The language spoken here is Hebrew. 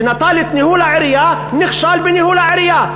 שנטל את ניהול העירייה נכשל בניהול העירייה.